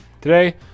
today